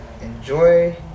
Enjoy